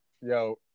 Yo